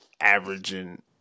averaging